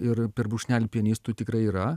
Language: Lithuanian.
ir per brūkšnelį pianistų tikrai yra